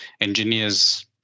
Engineers